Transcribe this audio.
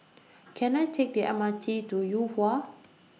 Can I Take The M R T to Yuhua